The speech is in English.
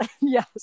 Yes